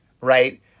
right